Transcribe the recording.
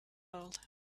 old